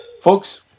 folks